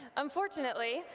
unfortunately,